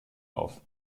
auf